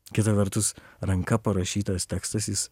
kita vertus ranka parašytas tekstas jis